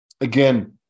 Again